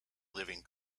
living